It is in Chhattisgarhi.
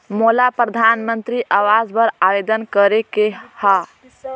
मोला परधानमंतरी आवास बर आवेदन करे के हा?